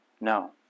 No